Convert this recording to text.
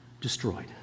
destroyed